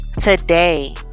today